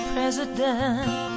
President